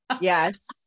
Yes